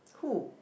who